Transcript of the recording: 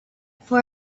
for